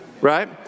Right